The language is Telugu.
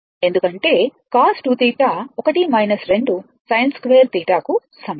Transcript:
ఎందుకంటే cos 2θ 1 2 sin2θ కు సమానం